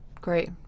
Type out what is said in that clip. Great